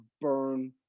burn